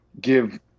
give